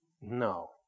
No